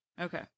okay